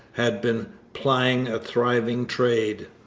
had been plying a thriving trade.